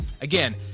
Again